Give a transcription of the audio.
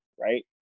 right